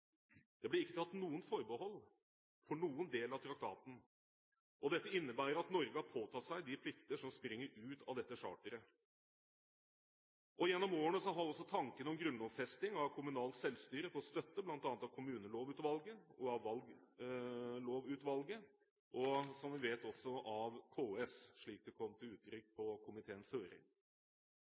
Det ble ikke tatt noen forbehold for noen del av traktaten. Dette innebærer at Norge har påtatt seg de plikter som springer ut av dette charteret. Gjennom årene har også tanken om grunnlovfesting av kommunalt selvstyre fått støtte av bl.a. Kommunelovutvalget, Valglovutvalget og KS, slik det kom til uttrykk under komiteens høring. Forslag om grunnlovfesting av det